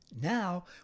Now